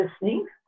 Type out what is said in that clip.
listening